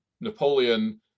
Napoleon